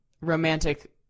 romantic